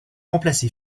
remplacé